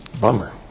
Bummer